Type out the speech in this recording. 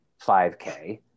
5K